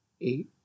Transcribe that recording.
Eight